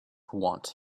want